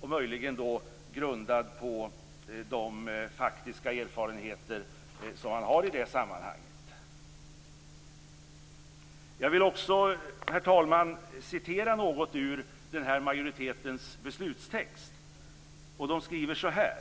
Den är möjligen grundad på de faktiska erfarenheter som han har i det sammanhanget. Fru talman! Jag vill också citera något ur majoritetens beslutstext. De skriver så här